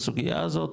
בסוגייה הזאת,